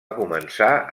començar